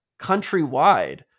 countrywide